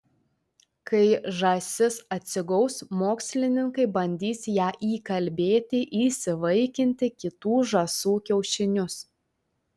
kai žąsis atsigaus mokslininkai bandys ją įkalbėti įsivaikinti kitų žąsų kiaušinius